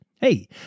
hey